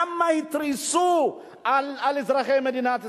כמה התריסו על אזרחי מדינת ישראל?